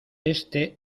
éste